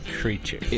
creature